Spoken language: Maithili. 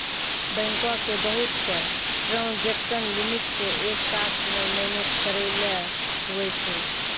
बैंको के बहुत से ट्रांजेक्सन लिमिट के एक साथ मे मैनेज करैलै हुवै छै